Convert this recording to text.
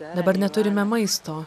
dabar neturime maisto